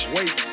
Wait